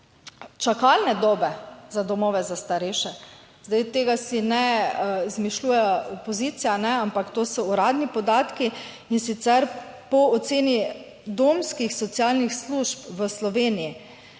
čakalne dobe za domove za starejše, tega si ne izmišljuje opozicija, ampak to so uradni podatki, in sicer po oceni domskih socialnih služb v Sloveniji